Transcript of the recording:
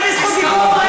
אני ברשות דיבור,